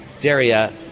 Daria